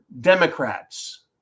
Democrats